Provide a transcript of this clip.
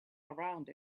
around